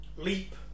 leap